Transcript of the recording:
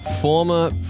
Former